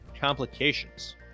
complications